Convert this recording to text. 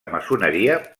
maçoneria